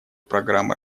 программы